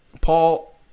Paul